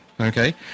Okay